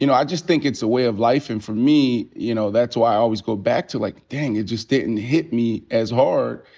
you know i just think it's a way of life. and for me, you know, that's why i always go back to, like, dang. it just didn't hit me as hard.